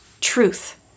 truth